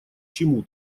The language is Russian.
чему